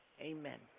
amen